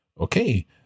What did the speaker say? Okay